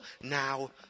now